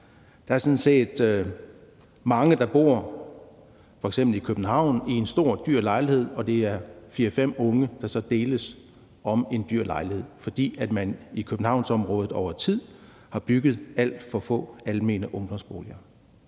Der er mange, f.eks. i København, der bor i en stor, dyr lejlighed, hvor det er fire-fem unge, der så deles om en dyr lejlighed, fordi man i Københavnsområdet over tid har bygget alt for få almene ungdomsboliger.